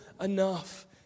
enough